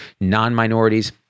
non-minorities